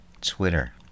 Twitter